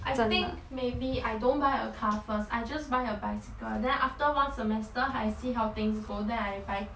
I think maybe I don't buy a car first I just buy a bicycle then after one semester I see how things go then I buy c~